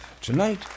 Tonight